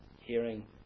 hearing